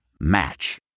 Match